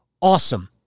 awesome